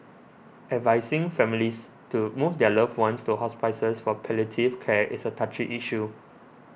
advising families to move their loved ones to hospices for palliative care is a touchy issue